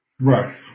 Right